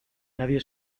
nadie